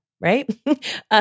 right